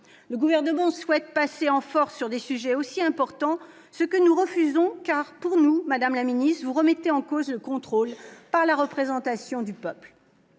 Le Gouvernement souhaite passer en force sur des sujets aussi importants ; nous nous y opposons, car, pour nous, madame la ministre, cela remet en cause le contrôle par la représentation du peuple.